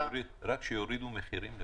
רק שיורידו מחירים לפחות.